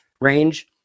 range